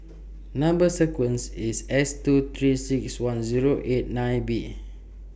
Number sequence IS S two three six one Zero eight nine B